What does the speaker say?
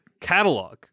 catalog